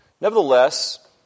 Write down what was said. Nevertheless